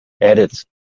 edits